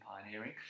pioneering